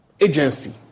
agency